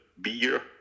beer